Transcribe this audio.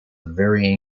very